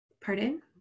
pardon